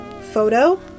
photo